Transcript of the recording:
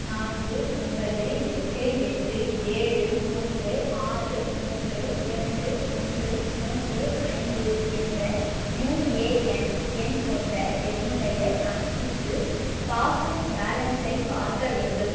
நான்கு ஒன்பது எட்டு எட்டு ஏழு மூன்று ஆறு மூன்று இரண்டு ஒன்று மூன்று ஐந்து என்ற யூஏஎன் எண் கொண்ட என்னுடைய கணக்குக்கு பாஸ்புக் பேலன்ஸை பார்க்க வேண்டும்